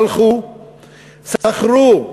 הם הלכו ושכרו את